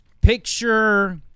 picture